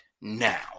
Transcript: now